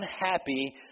unhappy